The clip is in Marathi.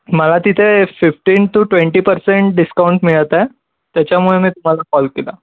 मला तिथे fifteen to twenty percent discount मिळत आहे त्याच्यामुळे मी तुम्हाला कॉल केला